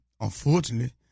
unfortunately